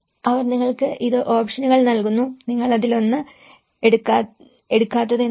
അവർ നിങ്ങൾക്ക് ഇത് ഓപ്ഷനുകൾ നൽകുന്നു നിങ്ങൾ ഇതിലൊന്ന് എടുക്കാത്തതെന്താണ്